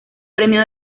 premio